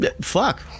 fuck